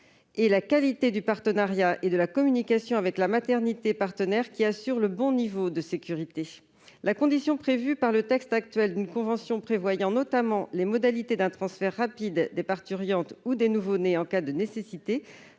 et la qualité du partenariat et de la communication avec la maternité partenaire qui assurent le bon niveau de sécurité. La condition prévue par le texte actuel d'une convention « prévoyant, notamment, les modalités d'un transfert rapide des parturientes ou des nouveau-nés en cas de nécessité